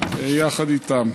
יחד איתם.